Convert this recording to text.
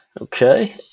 Okay